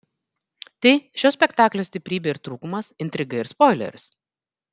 tai šio spektaklio stiprybė ir trūkumas intriga ir spoileris